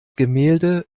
gemälde